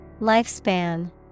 Lifespan